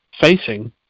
facing